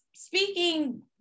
speaking